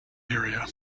area